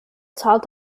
zahlt